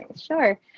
sure